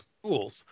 schools